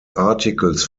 articles